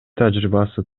тажрыйбасы